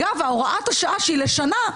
הוראת השעה שהיא לשנה,